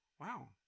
Wow